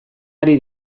ari